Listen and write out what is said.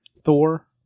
Thor